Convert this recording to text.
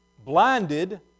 Blinded